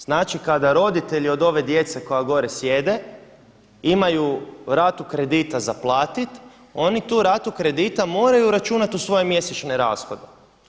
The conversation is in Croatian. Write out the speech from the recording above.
Znači kada roditelji od ove djece koja gore sjede imaju ratu kredita za platiti oni tu ratu kredita moraju računati u svoje mjesečne rashode.